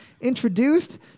introduced